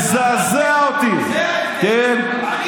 אני, מזעזע אותך, כן.